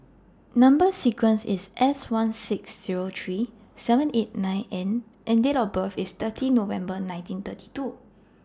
Number sequence IS S one six Zero three seven eight nine N and Date of birth IS thirty November nineteen thirty two